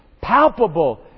palpable